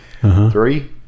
Three